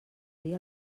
dia